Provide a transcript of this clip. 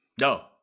No